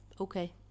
okay